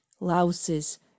Louses